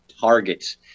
targets